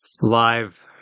live